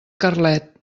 carlet